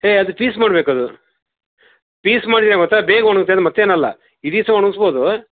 ಏ ಅದು ಪೀಸ್ ಮಾಡ್ಬೇಕು ಅದು ಪೀಸ್ ಮಾಡಿದರೆ ಮಾತ್ರ ಬೇಗ ಒಣ್ಗತ್ತೆ ಅದು ಮತ್ತೇನು ಅಲ್ಲ ಇಡಿ ಸಹ ಒಣಗಿಸ್ಬೋದು